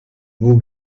vous